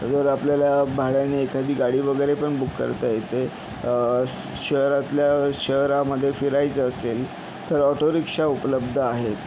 जर आपल्याला भाड्याने एखादी गाडी वगैरे पण बुक करता येते श शहरातल्या शहरामध्ये फिरायचं असेल तर ऑटो रिक्षा उपलब्ध आहेत